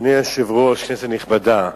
אדוני היושב-ראש, כנסת נכבדה,